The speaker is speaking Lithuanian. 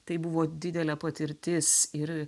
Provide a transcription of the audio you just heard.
tai buvo didelė patirtis ir